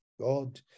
God